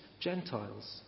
Gentiles